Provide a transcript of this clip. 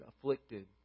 afflicted